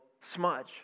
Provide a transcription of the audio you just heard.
smudge